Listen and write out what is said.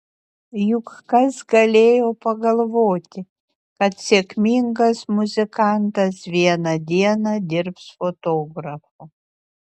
juk kas galėjo pagalvoti kad sėkmingas muzikantas vieną dieną dirbs fotografu